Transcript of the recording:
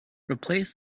replace